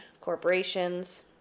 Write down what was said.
corporations